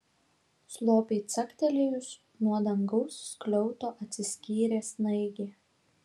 slopiai caktelėjus nuo dangaus skliauto atsiskyrė snaigė